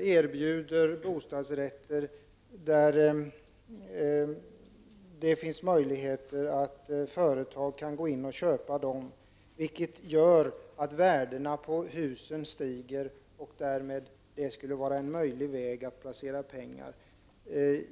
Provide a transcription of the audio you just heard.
erbjuder bostadsrätter, som det finns möjligheter för företag att köpa, vilket i sin tur gör att värdena på husen stiger med påföljd att dessa blir objekt att placera pengar i.